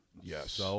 Yes